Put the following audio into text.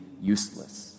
useless